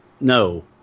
no